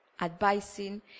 advising